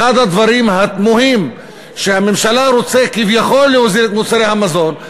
אחד הדברים התמוהים הוא שהממשלה רוצה כביכול להוזיל את מוצרי המזון,